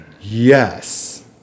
yes